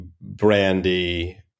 brandy